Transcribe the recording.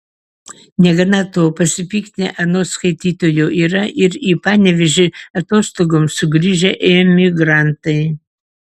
negana to pasipiktinę anot skaitytojo yra ir į panevėžį atostogoms sugrįžę emigrantai